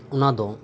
ᱚᱱᱟ ᱫᱚ